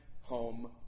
home